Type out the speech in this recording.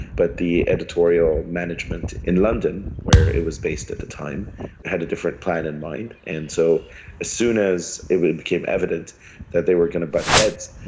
but the editorial management in london where it was based at the time had a different plan in mind. and so as soon as it became evident that they were going to butt heads,